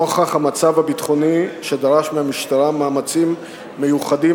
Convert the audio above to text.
נוכח המצב הביטחוני שדרש מהמשטרה מאמצים מיוחדים